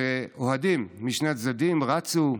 הוא שאוהדים משני הצדדים רצו,